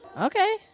Okay